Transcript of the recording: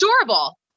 adorable